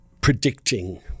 predicting